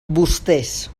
vostès